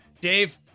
Dave